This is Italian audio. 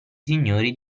signori